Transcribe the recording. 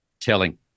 Telling